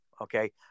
okay